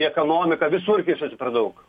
į ekanomiką visur kišasi per daug